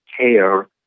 care